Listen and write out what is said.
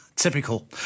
Typical